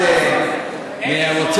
ראש הממשלה.